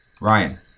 Ryan